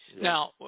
Now